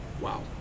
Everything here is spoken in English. Wow